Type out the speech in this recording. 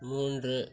மூன்று